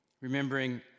Remembering